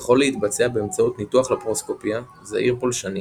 יכול להתבצע באמצעות ניתוח לפרוסקופיה זעיר-פולשני